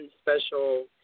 special